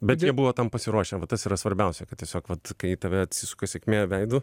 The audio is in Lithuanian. bet jie buvo tam pasiruošę va tas yra svarbiausia kad tiesiog vat kai į tave atsisuka sėkmė veidu